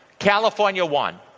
california won.